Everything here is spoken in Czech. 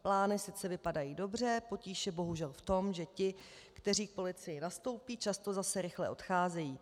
Plány sice vypadají dobře, potíž je bohužel v tom, že ti, kteří k polici nastoupí, zase rychle odcházejí.